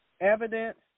evidence